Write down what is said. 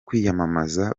kwiyamamaza